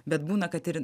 bet būna kad ir